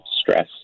stress